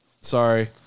Sorry